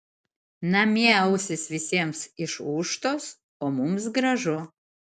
namie ausys visiems išūžtos o mums gražu